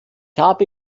habe